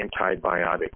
antibiotic